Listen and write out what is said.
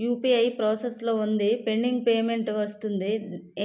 UPI process లో వుందిపెండింగ్ payment వస్తుంది